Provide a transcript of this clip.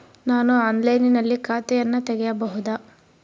ನಾನು ಆನ್ಲೈನಿನಲ್ಲಿ ಖಾತೆಯನ್ನ ತೆಗೆಯಬಹುದಾ?